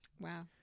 Wow